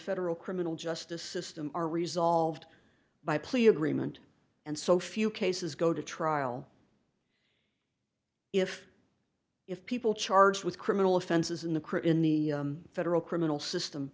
federal criminal justice system are resolved by plea agreement and so few cases go to trial if if people charged with criminal offenses in the crib in the federal criminal system